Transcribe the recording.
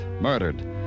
murdered